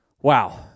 Wow